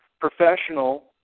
professional